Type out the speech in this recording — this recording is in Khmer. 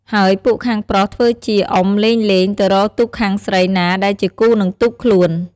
ហើយពួកខាងប្រុសធ្វើជាអុំលេងៗ ទៅរកទូកខាងស្រីណាដែលជាគូនឹងទូកខ្លួន។